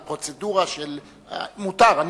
מותר,